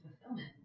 fulfillment